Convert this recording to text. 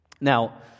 Now